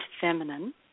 feminine